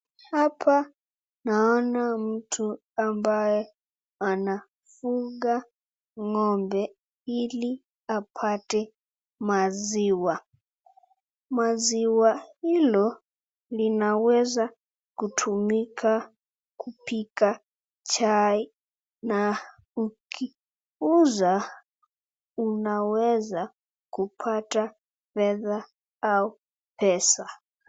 Hapa naona mtu ambaye anafuga ng'ombe ili apate maziwa, maziwa hilo linaweza kutumika kupika chai na ukiuza unaweza kupata fedha au pesa.